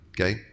okay